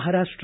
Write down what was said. Maharashtra